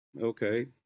Okay